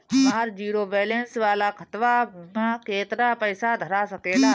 हमार zero balance वाला खतवा म केतना पईसा धरा सकेला?